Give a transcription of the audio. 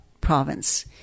province